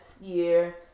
year